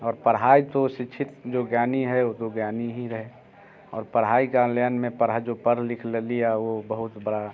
और पढ़ाई तो शिक्षित जो ज्ञानी है वो तो ज्ञानी ही है और पढ़ाई का लेन में पढ़ा जो पर लिख ले लिया वह बहुत बड़ा